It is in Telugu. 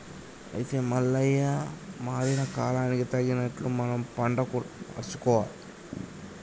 అయితే మల్లయ్య మారిన కాలానికి తగినట్లు మనం పంట కూడా మార్చుకోవాలి